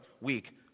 week